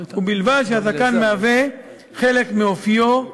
ובלבד שהזקן מהווה חלק מאופיו,